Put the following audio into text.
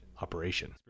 operation